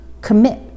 Commit